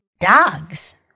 Dogs